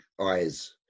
eyes